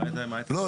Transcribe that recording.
לא,